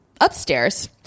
upstairs